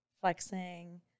flexing